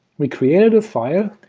we created a file,